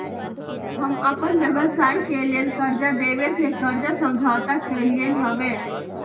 हम अप्पन व्यवसाय के लेल कर्जा देबे से कर्जा समझौता कलियइ हबे